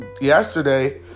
yesterday